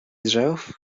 drzew